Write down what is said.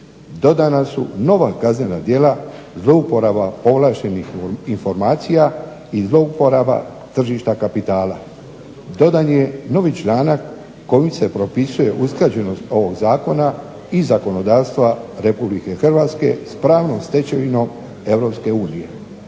Dodana su nova kaznena djela zlouporaba povlaštenih informacija i zlouporaba tržišta kapitala. Dodan je novi članak kojim se propisuje usklađenost ovog zakona i zakonodavstva Republike Hrvatske s pravnom stečevinom